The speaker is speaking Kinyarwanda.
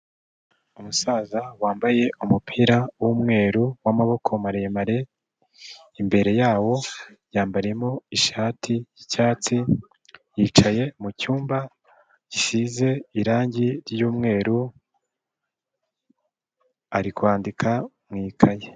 Umusaza wambaye umupira w'umweru w'amaboko maremare, imbere yawo yambariyemo ishati y'icyatsi, yicaye mu cyumba gisize irangi ry'umweru, ari kwandika mu ikayi.